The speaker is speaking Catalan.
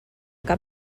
cap